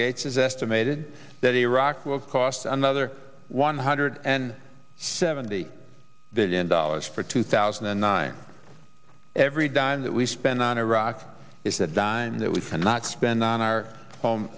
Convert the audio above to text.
gates has estimated that iraq will cost another one hundred and seventy billion dollars for two thousand and nine every dime that we spend on iraq is a dime that we cannot spend on our